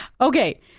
Okay